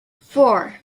four